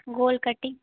गोल cutting